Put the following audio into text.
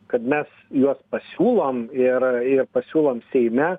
kad mes juos pasiūlom ir ir pasiūlom seime